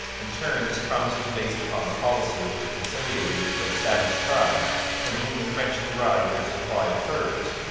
in turn this promise was based upon the policy of conciliating those savage tribes from whom the french derived their supply of furs,